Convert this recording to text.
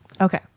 Okay